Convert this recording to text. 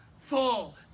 full